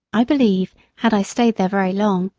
i believe, had i stayed there very long,